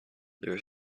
there